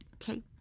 Okay